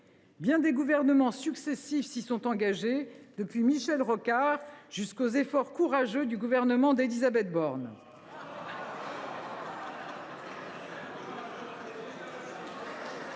bien des gouvernements successifs s’y sont engagés, depuis celui de Michel Rocard jusqu’aux efforts courageux du gouvernement d’Élisabeth Borne.